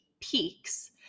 peaks